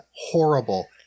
horrible